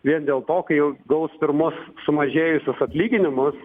vien dėl to kai jau gaus pirmus sumažėjusius atlyginimus